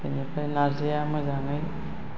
बेनिफ्राय नारजिया मोजाङै